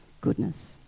goodness